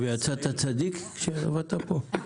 ויצאת צדיק כשעבדת פה?